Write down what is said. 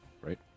Right